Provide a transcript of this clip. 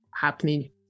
happening